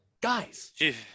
Guys